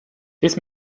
this